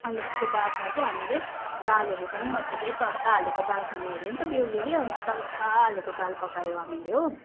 अनि त्यसको बादमा चाहिँ हामीले दालहरू पनि मजाले तड्का हालेको दाल खाने अरे नि त बेहुलीले अन्त तड्का हालेको दाल पकायो हामीले हो